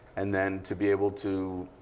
and then, to be able to